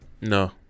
No